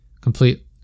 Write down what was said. complete